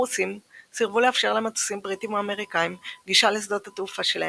הרוסים סירבו לאפשר למטוסים בריטיים ואמריקאיים גישה לשדות התעופה שלהם,